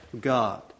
God